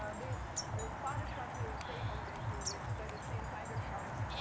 this spotter shark usa foundation, which they're the same tiger sharks